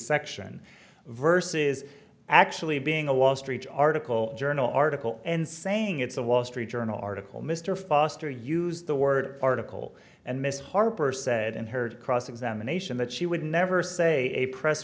section verses actually being a wall street article journal article and saying it's a wall street journal article mr foster used the word article and mrs harper said and heard cross examination that she would never say a press